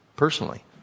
personally